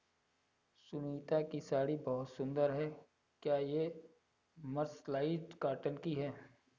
सुनीता की साड़ी बहुत सुंदर है, क्या ये मर्सराइज्ड कॉटन की है?